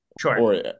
Sure